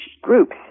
groups